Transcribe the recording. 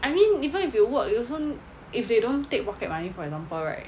I mean even if you work you also if they don't take pocket money for example right